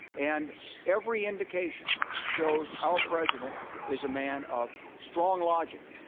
and every indication shows our president is a man of strong logic,